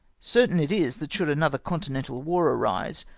certain it is, that should another con tinental war arise,